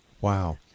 Wow